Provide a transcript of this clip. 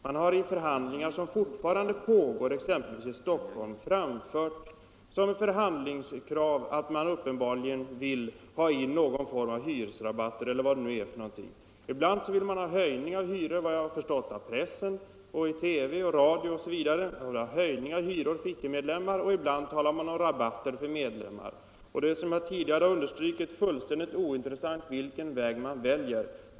Man har i förhandlingar, som fortfarande pågår exempelvis i Stockholm, framfört förhandlingskrav som innebär att man uppenbarligen vill ha någon form av hyresrabatt. Ibland vill man ha höjning av hyran för icke-medlemmar — efter vad jag har förstått av press, radio och TV —, ibland talar man om rabatter för medlemmar. Såsom jag tidigare har understrukit är det fullständigt ointressant vilken väg man väljer.